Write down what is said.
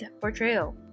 portrayal